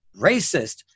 racist